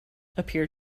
appear